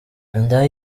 indaya